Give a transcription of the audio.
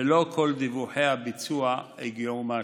ולא כל דיווחי הביצוע הגיעו מהשטח.